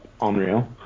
unreal